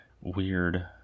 weird